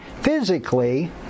physically